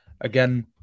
again